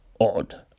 odd